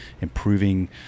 improving